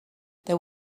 there